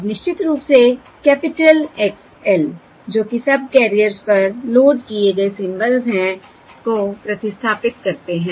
अब निश्चित रूप से कैपिटल X l जो कि सबकैरियर्स पर लोड किए गए सिंबल्स हैं को प्रतिस्थापित करते हैं